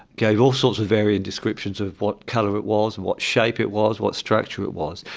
gave all sorts of varying descriptions of what colour it was and what shape it was, what structure it was.